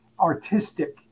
artistic